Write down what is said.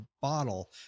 bottle